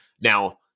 now